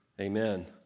Amen